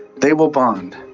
they will bond.